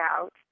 out